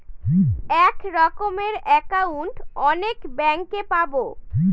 এক রকমের একাউন্ট অনেক ব্যাঙ্কে পাবো